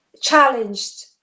challenged